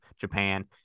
Japan